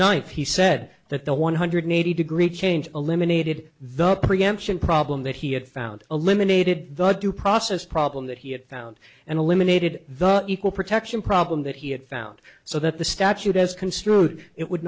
ninth he said that the one hundred eighty degree change eliminated the preemption problem that he had found eliminated the due process problem that he had found and eliminated the equal protection problem that he had found so that the statute as construed it would